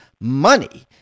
money